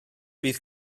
bydd